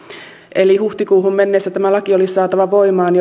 eli huhtikuuhun mennessä tämä laki olisi saatava voimaan